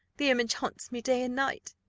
the image haunts me day and night.